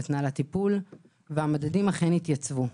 נתנה לה טיפול והמדדים התייצבו.